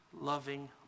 loving